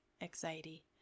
anxiety